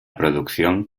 producción